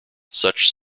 such